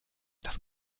das